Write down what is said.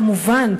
כמובן,